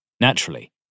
Naturally